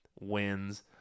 wins